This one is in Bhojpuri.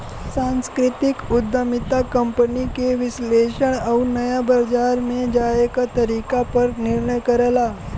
सांस्कृतिक उद्यमिता कंपनी के विश्लेषण आउर नया बाजार में जाये क तरीके पर निर्णय करला